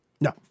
No